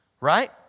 right